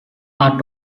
are